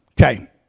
Okay